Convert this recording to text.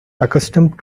accustomed